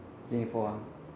it's only four arm